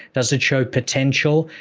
does it show potential?